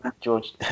George